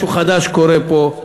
משהו חדש קורה פה,